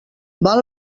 val